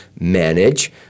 manage